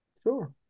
Sure